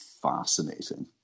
fascinating